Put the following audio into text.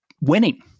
winning